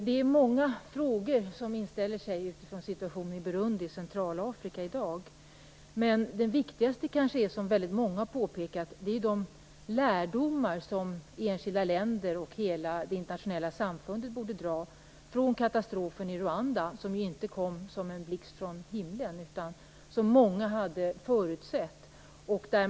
Det är många frågor som inställer utifrån situationen i Burundi och Centralafrika i dag, men det viktigaste är kanske det som väldigt många har påpekat, de lärdomar som enskilda länder och hela det internationella samfundet borde dra av katastrofen i Rwanda, som ju inte kom som en blixt från himlen utan som många hade förutsett.